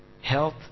health